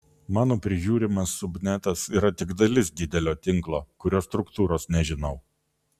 mano prižiūrimas subnetas yra tik dalis didelio tinklo kurio struktūros nežinau